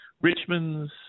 Richmond's